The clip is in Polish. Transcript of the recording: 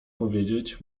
powiedzieć